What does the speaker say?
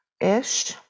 ish